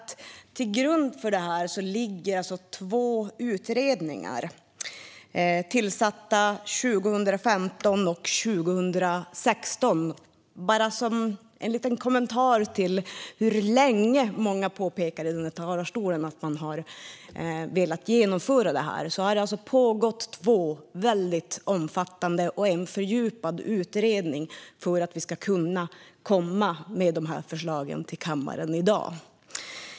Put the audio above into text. Till grund för detta ligger två utredningar tillsatta 2015 och 2016 - detta bara som en liten kommentar till mångas påpekande om hur länge de har velat genomföra detta. Det har alltså genomförts två omfattande utredningar, varav en fördjupad, för att vi ska kunna lägga fram dessa förslag i kammaren i dag.